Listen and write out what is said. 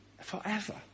Forever